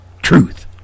truth